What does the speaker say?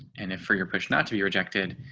and if for your push, not to be rejected.